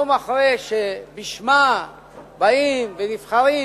יום שאחרי שבשמה באים ונבחרים,